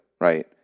Right